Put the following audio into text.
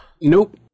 Nope